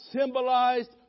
symbolized